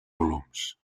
volums